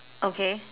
okay